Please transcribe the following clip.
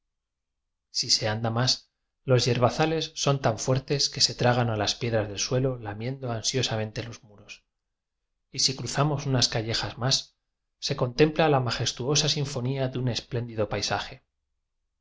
si se anda más los yerbazales son tan fuertes que se tragan a las piedras del sue lo lamiendo ansiosamente los muros y si cruzamos unas callejas más se contempla la majestuosa sinfonía de un espléndido paisa